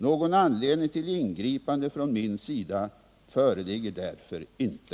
Någon anledning ull ingripande från min sida föreligger därför inte.